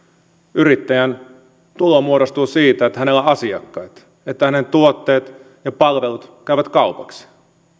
yrittäjän tulot muodostuvat siitä että hänellä on asiakkaita että hänen tuotteensa ja palvelunsa käyvät kaupaksi